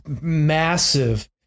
massive